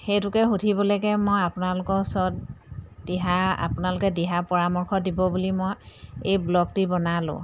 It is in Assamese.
সেইটোকে সুধিবলৈকে মই আপোনালোকৰ ওচৰত দিহা আপোনালোকে দিহা পৰামৰ্শ দিব বুলি মই এই ভ্লগটি বনালোঁ